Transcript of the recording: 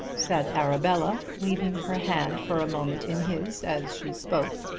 said arabella, leaving her hand for a moment in his as she spoke.